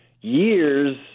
years